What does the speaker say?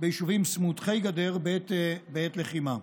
ביישובים סמוכי גדר בעת לחימה.